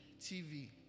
TV